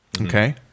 okay